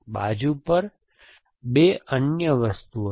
બાજુ પર 2 અન્ય વસ્તુઓ છે